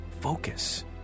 focus